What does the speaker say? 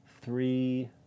three